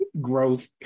gross